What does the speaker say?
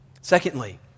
Secondly